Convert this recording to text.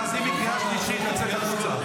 דודי, אני גזען?